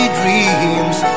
dreams